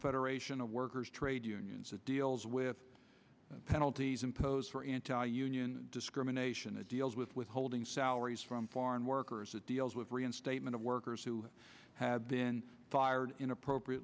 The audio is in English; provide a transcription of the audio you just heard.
federation of workers trade unions it deals with penalties imposed for anti union discrimination it deals with withholding salaries from foreign workers it deals with reinstatement of workers who have been fired in appropriate